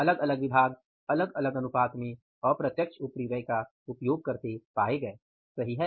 अलग अलग विभाग अलग अलग अनुपात में अप्रत्यक्ष उपरिव्यय का उपयोग करते पाए गए सही है